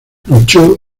luchó